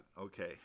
Okay